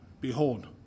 Behold